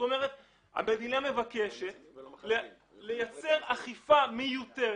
המדינה מבקשת לייצר כאן אכיפה מיותרת,